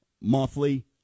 monthly